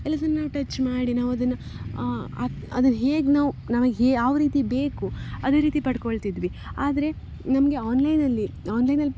ಎಲ್ಲದನ್ನು ನಾವು ಟಚ್ ಮಾಡಿ ನಾವದನ್ನು ಅದು ಹೇಗೆ ನಾವು ನಮಗೆ ಹೇ ಯಾವ ರೀತಿ ಬೇಕು ಅದೇ ರೀತಿ ಪಡಕೊಳ್ತಿದ್ವಿ ಆದರೆ ನಮಗೆ ಆನ್ಲೈನಲ್ಲಿ ಆನ್ಲೈನಲ್ಲಿ